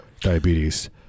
diabetes